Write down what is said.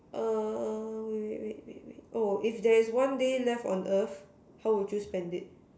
err wait wait wait wait oh if there is one day left on earth how would you spend it